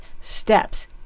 steps